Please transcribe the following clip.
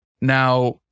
Now